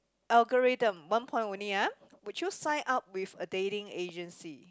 algorithm one point only ah would you sign up with a dating agency